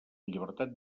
llibertat